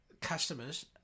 customers